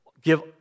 Give